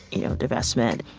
you know, divestment.